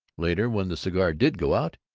later, when the cigar did go out,